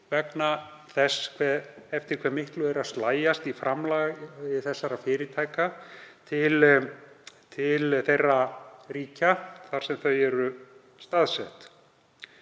vegna þess eftir hve miklu er að slægjast í framlagi þessara fyrirtækja til þeirra ríkja þar sem þau eru staðsett.